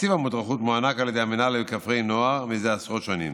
תקציב המודרכות מוענק על ידי המינהל לכפרי נוער מזה עשרות שנים.